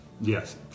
Yes